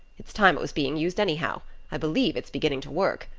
it's time it was being used anyhow i believe it's beginning to work.